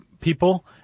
people